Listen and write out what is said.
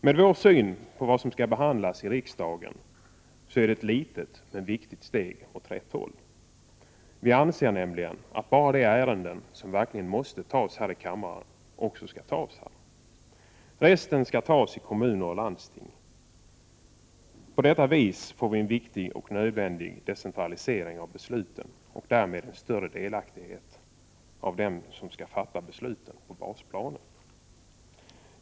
Med vår syn på vad som skall behandlas i riksdagen har man alltså tagit ett litet men viktigt steg åt rätt håll. Vi anser nämligen att bara de ärenden som verkligen måste tas upp i kammaren skall tas upp här. Resten skall tas upp i kommuner och landsting. På det viset får vi en viktig och nödvändig decentralisering av besluten och därmed en större delaktighet från dem som skall fatta beslut på basplanet.